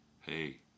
hey